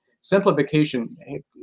Simplification